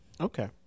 Okay